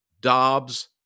Dobbs